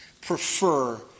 prefer